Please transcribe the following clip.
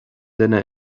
duine